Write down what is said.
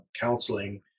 counseling